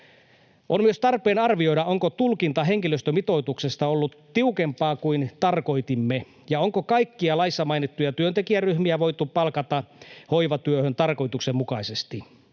On myös tarpeen arvioida, onko tulkinta henkilöstömitoituksesta ollut tiukempaa kuin tarkoitimme, ja onko kaikkia laissa mainittuja työntekijäryhmiä voitu palkata hoivatyöhön tarkoituksenmukaisesti.